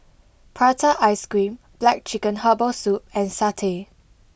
Prata Ice cream Black Chicken Herbal Soup and Satay